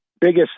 biggest